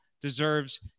deserves